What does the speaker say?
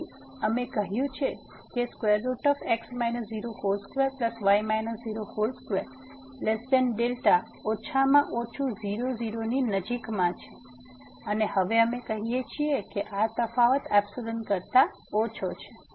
તેથી અમે કહ્યું છે કે 22δ ઓછામાં ઓછું 00 ની નજીકમાં છે અને હવે અમે કહીએ છીએ કે આ તફાવત એપ્સીલોન કરતા ઓછી છે